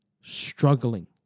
struggling